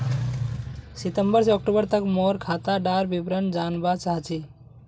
सितंबर से अक्टूबर तक मोर खाता डार विवरण जानवा चाहची?